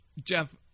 Jeff